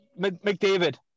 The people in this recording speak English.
McDavid